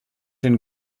den